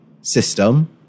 system